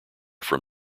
from